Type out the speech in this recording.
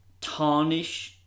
tarnish